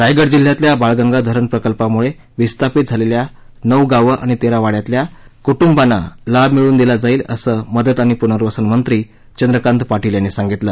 रायगड जिल्ह्यातल्या बाळगंगा धरण प्रकल्पामुळे विस्थापित झालेल्या नऊ गावं आणि तेरा वाङ्यातल्या कुटुंबांना लाभ मिळवून दिला जाईल असं मदत आणि पूर्नवसनमंत्री चंद्रकांत पाटील यांनी सांगितलं